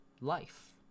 life